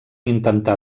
intentar